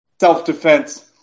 self-defense